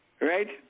right